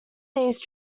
these